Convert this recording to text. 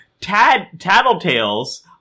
tattletales